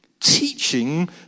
Teaching